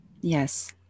Yes